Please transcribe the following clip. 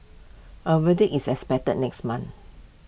A verdict is expected next month